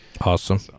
Awesome